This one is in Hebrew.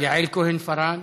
יעל כהן-פארן,